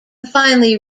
finally